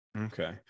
Okay